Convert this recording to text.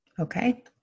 Okay